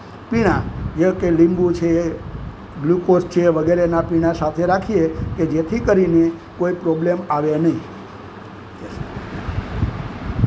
પીણાં જેમકે લીંબુ છે ગ્લુકોઝ છે વગેરેનાં પીણાં સાથે રાખીએ કે જેથી કરીને કોઈ પ્રોબ્લેમ આવે નહીં